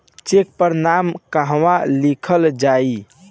Check पर नाम कहवा लिखल जाइ?